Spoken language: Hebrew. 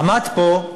עמד פה,